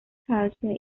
culture